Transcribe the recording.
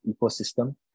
ecosystem